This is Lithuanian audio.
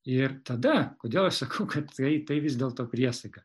ir tada kodėl aš sakau kad tai tai vis dėlto priesaika